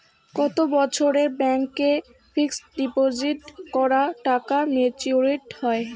কত বছরে ব্যাংক এ ফিক্সড ডিপোজিট করা টাকা মেচুউরিটি হয়?